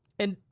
and,